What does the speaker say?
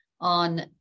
on